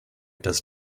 does